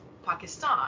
Pakistan